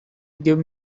give